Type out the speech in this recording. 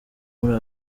muri